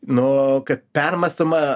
nu kad permąstoma